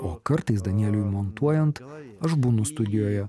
o kartais danieliui montuojant aš būnu studijoje